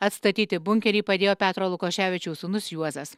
atstatyti bunkerį padėjo petro lukoševičiaus sūnus juozas